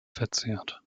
verzehrt